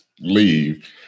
leave